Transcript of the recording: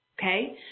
okay